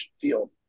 field